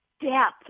depth